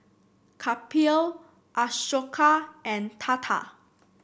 Kapil Ashoka and Tata